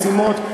משימות,